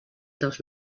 dels